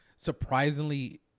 Surprisingly